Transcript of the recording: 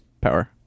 power